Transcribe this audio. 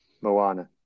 Moana